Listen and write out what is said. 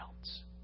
else